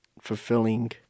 fulfilling